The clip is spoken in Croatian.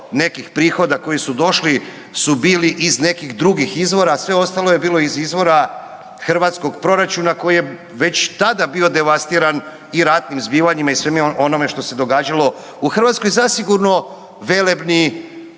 nekih prihoda koji su došli su bili iz nekih drugih izvora, sve ostalo je bilo iz izvora hrvatskog proračuna koji je već tada bio devastiran i ratnim zbivanjima i svemu onome što se događalo u Hrvatskoj, zasigurno velebni